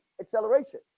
acceleration